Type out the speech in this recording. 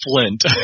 Flint